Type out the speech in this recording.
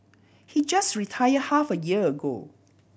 he just retired half a year ago